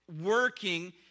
working